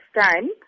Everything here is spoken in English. time